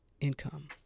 income